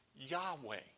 Yahweh